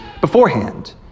beforehand